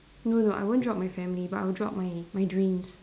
no no I won't drop my family but I'll drop my my dreams